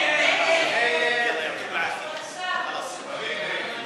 ההצעה להעביר את